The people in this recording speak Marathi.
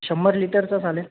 शंभर लीटरचा चालेल